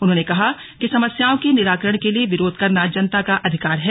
उन्होंने कहा कि समस्याओं के निराकरण के लिए विरोध करना जनता का अधिकार है